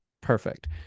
Perfect